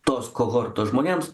tos kohortos žmonėms